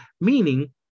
meaning